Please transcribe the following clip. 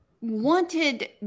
wanted